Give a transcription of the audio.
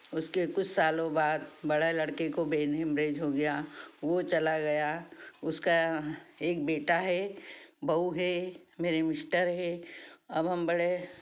उसके कुछ सालों बाद बड़ा लड़के को ब्रेन हेमरेज हो गया वो चला गया उसका एक बेटा है बहू है मेरे मिस्टर हैं अब हम बड़े